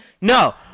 No